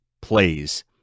plays